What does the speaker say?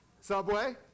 Subway